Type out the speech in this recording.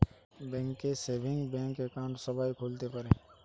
bank এ savings bank account সবাই খুলতে পারে